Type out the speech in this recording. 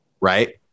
right